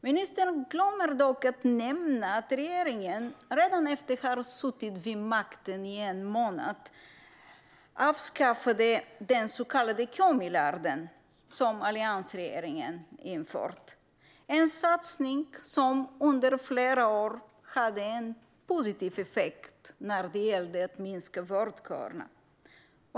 Ministern glömmer dock att nämna att regeringen efter bara en månad vid makten avskaffade den så kallade kömiljarden, som alliansregeringen hade infört. Det var en satsning som under flera år hade en positiv effekt när det gällde att minska vårdköerna.